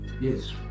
Yes